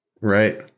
Right